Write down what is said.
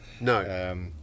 no